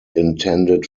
intended